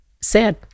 Sad